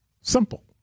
simple